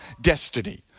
destiny